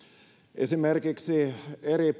esimerkiksi eri